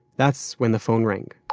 that's when the phone rang